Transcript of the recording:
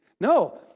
No